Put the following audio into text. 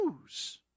news